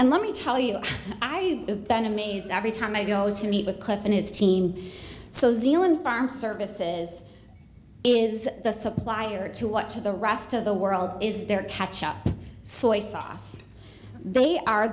and let me tell you i have been amazed every time i go to meet with cliff and his team so zealand farm services is the supplier to what to the rest of the world is their catch up soil sauce they are